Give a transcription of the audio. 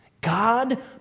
God